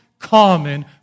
common